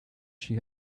she